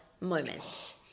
moment